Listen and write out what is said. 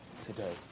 today